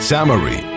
Summary